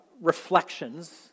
reflections